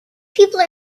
people